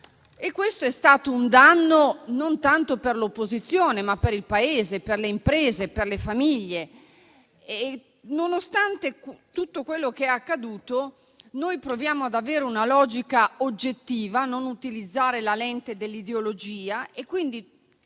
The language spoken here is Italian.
Questo non è stato tanto un danno per l'opposizione, ma per il Paese, per le imprese e per le famiglie. Nonostante tutto quello che è accaduto, noi proviamo ad avere una logica oggettiva e a non utilizzare la lente dell'ideologia, quindi